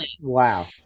Wow